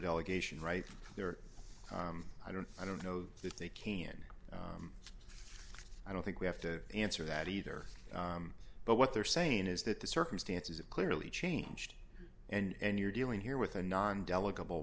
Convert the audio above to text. delegation right there i don't i don't know if they can i don't think we have to answer that either but what they're saying is that the circumstances it clearly changed and you're dealing here with a non delicate